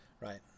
right